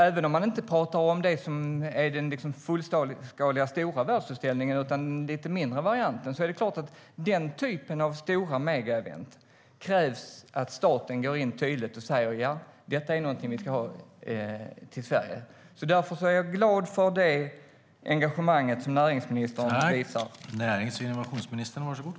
Även om man inte talar om det som är den fullskaliga stora världsutställningen utan den lite mindre varianten krävs vid den typen av stora megaevent att staten går in och säger: Detta är någonting vi ska ha till Sverige. Jag är glad för det engagemang som näringsministern visar.